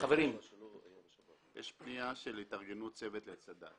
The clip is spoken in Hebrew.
יש פנייה של התארגנות צוות לצד"ל.